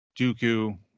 Dooku